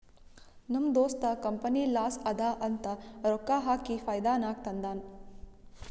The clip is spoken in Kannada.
ನಮ್ ದೋಸ್ತ ಕಂಪನಿ ಲಾಸ್ ಅದಾ ಅಂತ ರೊಕ್ಕಾ ಹಾಕಿ ಫೈದಾ ನಾಗ್ ತಂದಾನ್